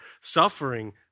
suffering